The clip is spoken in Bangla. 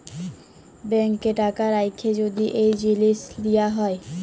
ব্যাংকে টাকা রাখ্যে যদি এই জিলিস দিয়া হ্যয়